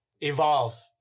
evolve